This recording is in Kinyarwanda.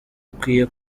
akwiye